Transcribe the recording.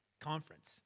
conference